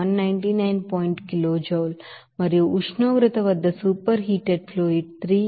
57కిలో joule మరియు ఉష్ణోగ్రత వద్ద సూపర్ హీటెడ్ ఫ్లూయిడ్ 318